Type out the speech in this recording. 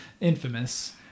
infamous